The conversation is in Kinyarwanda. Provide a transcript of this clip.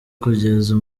kugeza